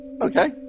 okay